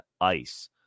ice